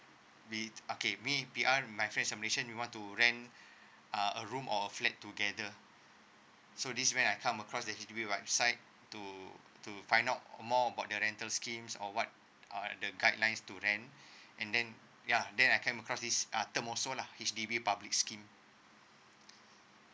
be okay me P_R and my friends are malaysian we want to rent uh a room or flat together so this when I come across to H_D_B website to to find out more about your rental schemes or what are the guidelines to rent and then ya then I come across this uh term also lah H_D_B public scheme